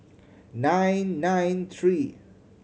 nine nine three